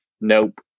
nope